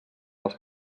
els